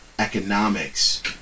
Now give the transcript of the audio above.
Economics